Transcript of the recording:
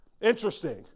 Interesting